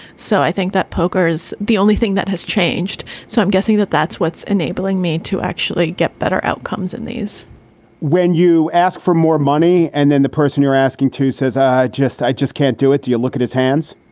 so i think that poker is the only thing that has changed. so i'm guessing that that's what's enabling me to actually get better outcomes in these when you ask for more money and then the person you're asking to says, i just i just can't do it. you look at his hands